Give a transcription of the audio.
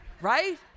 right